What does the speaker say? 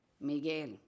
Miguel